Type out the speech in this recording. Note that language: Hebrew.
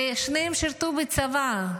ושניהם שירתו בצבא.